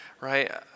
right